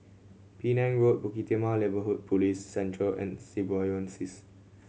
Penang Road Bukit Timah Neighbourhood Police Centre and Symbiosis